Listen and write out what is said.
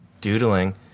doodling